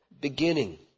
beginning